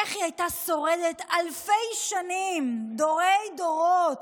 איך היא הייתה שורדת אלפי שנים, דורי-דורות,